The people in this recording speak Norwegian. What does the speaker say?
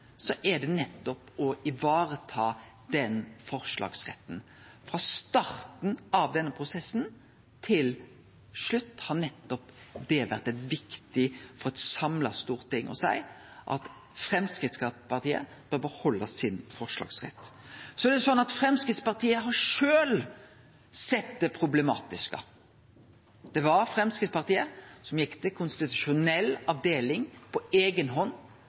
er det nettopp å vareta den forslagsretten. Frå start til slutt i denne prosessen har det vore viktig for eit samla storting å seie at Framstegspartiet bør behalde forslagsretten. Framstegspartiet har sjølv sett det problematiske. Det var Framstegspartiet som gjekk til konstitusjonell avdeling på eiga hand